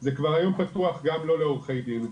זה כבר היום פתוח גם לא לעורכי דין,